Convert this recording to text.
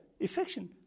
affection